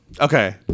Okay